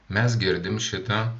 mes girdim šitą